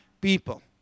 people